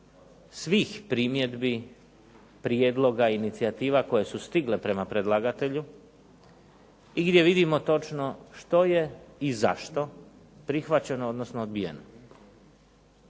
svih primjedbi, prijedloga, inicijativa koje su stigle prema predlagatelju i gdje vidimo točno što je i zašto prihvaćeno odnosno odbijeno.